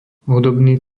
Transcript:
hudobný